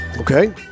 Okay